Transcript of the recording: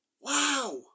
Wow